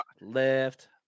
left